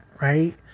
right